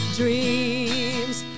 dreams